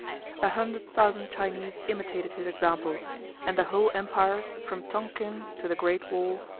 a hundred thousand chinese imitated his example and the whole empire, from tonkin to the great wall,